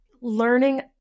learning